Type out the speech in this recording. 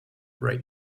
right